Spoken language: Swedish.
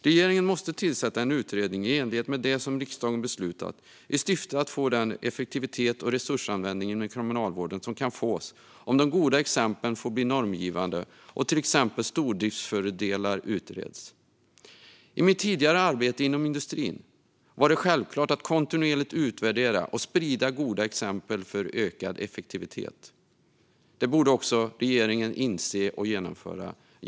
Regeringen måste tillsätta en utredning i enlighet med det som riksdagen beslutat i syfte att få den effektivitet och resursanvändning inom Kriminalvården som kan fås om de goda exemplen får bli normgivande och till exempel stordriftsfördelar utreds. I mitt tidigare arbete inom industrin var det självklart att kontinuerligt utvärdera och sprida goda exempel för att få ökad effektivitet. Det borde också regeringen inse och göra.